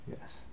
Yes